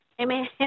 Amen